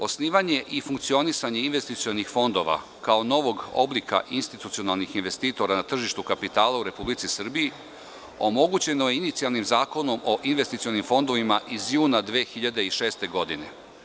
Osnivanje i funkcionisanje investicionih fondova kao novog oblika institucionalnih investitora na tržištu kapitala u Republici Srbiji omogućeno je inicijalnim Zakonom o investicionim fondovima iz juna 2006. godine.